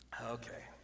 Okay